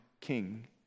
king